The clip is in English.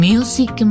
Music